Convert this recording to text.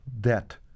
debt